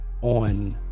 On